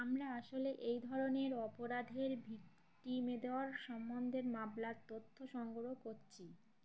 আমরা আসলে এই ধরনের অপরাধের ভিট্টিমেদর সম্বন্ধের মাপলার তথ্য সংগ্রহ কছি